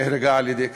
שנהרגה על-ידי "קסאם".